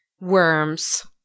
Worms